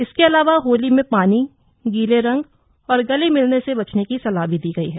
इसके अलावा होली में पानी गीले रंग और गले मिलने से बचने की सलाह दी गई है